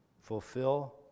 fulfill